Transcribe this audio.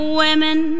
women